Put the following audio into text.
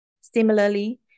Similarly